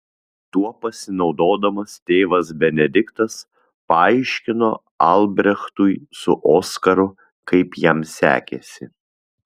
tuo pasinaudodamas tėvas benediktas paaiškino albrechtui su oskaru kaip jam sekėsi